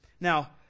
Now